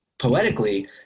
poetically